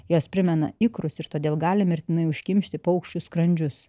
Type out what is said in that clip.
jos primena ikrus ir todėl gali mirtinai užkimšti paukščių skrandžius